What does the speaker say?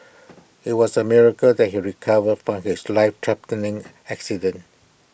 IT was A miracle that he recovered from his lifethreatening accident